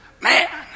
man